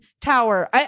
tower